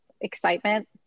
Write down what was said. excitement